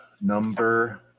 number